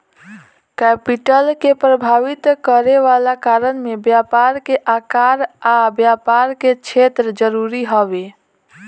capital के प्रभावित करे वाला कारण में व्यापार के आकार आ व्यापार के क्षेत्र जरूरी हवे